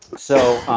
so